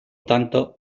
tanto